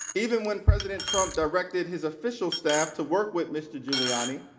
even when president trump directed his official staff to work with mr. giuliani,